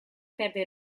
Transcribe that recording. perde